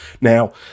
Now